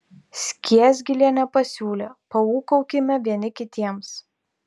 skiesgilienė pasiūlė paūkaukime vieni kitiems